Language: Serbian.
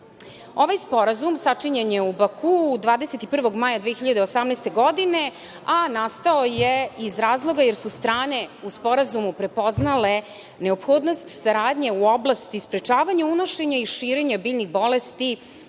Ovaj sporazum sačinjen je u Bakuu 21. maja 2018. godine, a nastao je iz razloga jer su strane u sporazumu prepoznale neophodnost saradnje u oblasti sprečavanja unošenja i širenja biljnih bolesti,